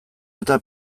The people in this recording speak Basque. eta